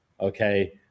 okay